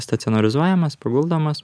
stacionarizuojamas paguldomas